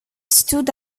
stood